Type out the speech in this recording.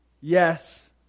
yes